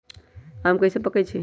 आम कईसे पकईछी?